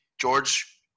George